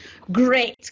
Great